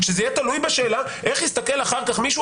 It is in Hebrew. שזה יהיה תלוי בשאלה: איך יסתכל אחר כך מישהו